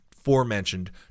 forementioned